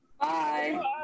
Bye